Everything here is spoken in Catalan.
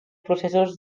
processos